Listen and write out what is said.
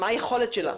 היכולת שלה.